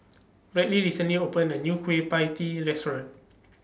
Bradley recently opened A New Kueh PIE Tee Restaurant